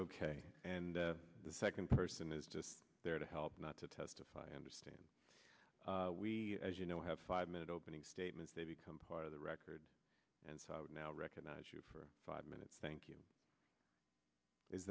ok and the second person is just there to help not to testify understand we as you know have five minute opening statements they become part of the record and so i would now recognize you for five minutes thank you is